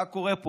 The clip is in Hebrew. מה קורה פה?